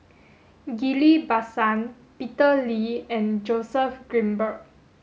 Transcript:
Ghillie Basan Peter Lee and Joseph Grimberg